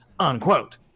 Unquote